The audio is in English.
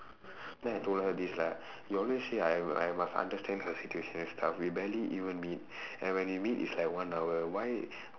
then I told her this lah you always say I I must understand her situation and stuff we barely even meet and when we meet it's like one hour why